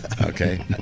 Okay